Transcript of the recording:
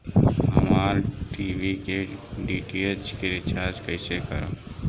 हमार टी.वी के डी.टी.एच के रीचार्ज कईसे करेम?